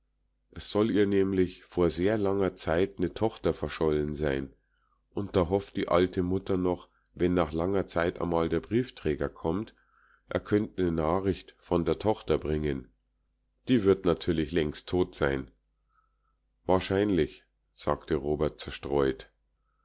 s soll ihr nämlich vor sehr langer zeit ne tochter verschollen sein und da hofft die alte mutter noch wenn nach langer zeit amal der briefträger kommt a könnt ne nachricht von der tochter bringen die wird natürlich längst tot sein wahrscheinlich sagte robert zerstreut